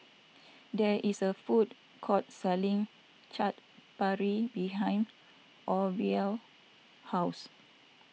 there is a food court selling Chaat Papri behind Orville's house